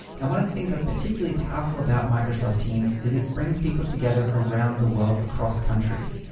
and one of the things that's particularly powerful about microsoft teams is it brings people together around the world, across countries.